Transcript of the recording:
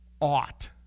ought